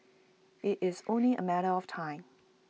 IT is only A matter of time